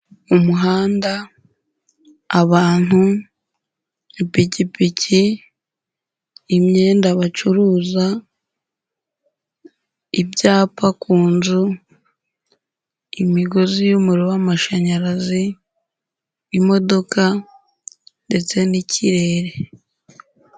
Umuhanda, abantu, ipikipiki, imyenda bacuruza, ibyapa ku nzu, imigozi y'umuriro w'amashanyarazi, imodoka ndetse n'ikirere.